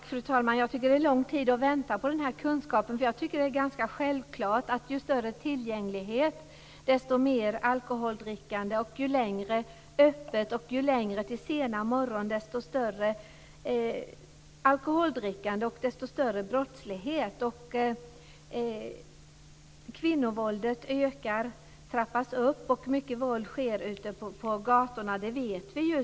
Fru talman! Jag tycker att det är lång tid att vänta på kunskapen. Jag tycker att det är ganska självklart: ju större tillgänglighet, desto mer alkoholdrickande, ju längre öppet till sena morgonen, desto mer alkoholdrickande och desto större brottslighet. Kvinnovåldet trappas upp och mycket våld sker ute på gatorna, det vet vi ju.